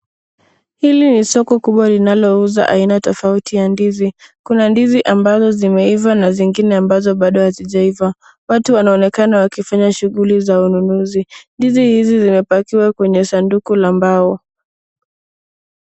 Hili ni soko kubwa linalouza aina tofauti ya ndizi, kuna ndizi ambazo zimeiva na zingine ambazo bado hazijaiva. Watu wanaonekana wakifanya shughuli za ununuzi, ndizi hizi zimepakiwa kwenye sanduku la mbao.